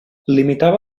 limitava